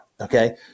Okay